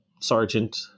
sergeant